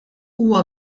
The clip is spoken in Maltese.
huwa